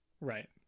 Right